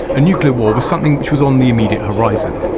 a nuclear war was something which was on the immediate horizon.